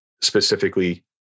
specifically